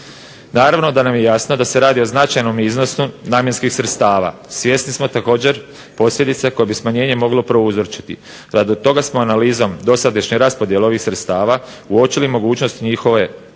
Naravno da nam je jasno da se radi o značajnom iznosu namjenskih sredstava. Svjesni smo također posljedice koje bi smanjenje moglo prouzročiti. Radi toga smo analizom dosadašnje raspodjele ovih sredstava uočili mogućnosti njihove preraspodjele